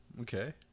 Okay